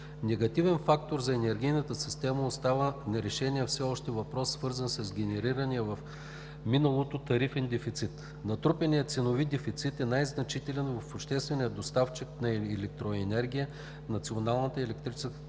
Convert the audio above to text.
Негативен фактор за енергийната система остава нерешеният все още въпрос, свързан с генерирания в миналото тарифен дефицит. Натрупаният ценови дефицит е най-значителен в обществения доставчик на електроенергия „Националната електрическа компания“